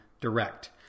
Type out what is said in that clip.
direct